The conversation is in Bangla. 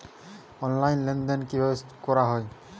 অনলাইন লেনদেন কিভাবে করা হয়?